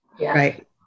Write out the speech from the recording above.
Right